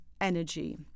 energy